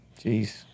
Jeez